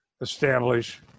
establish